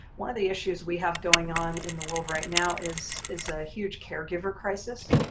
one of the issues we have going on in the world right now is is a huge caregiver crisis.